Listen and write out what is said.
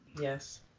Yes